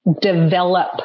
develop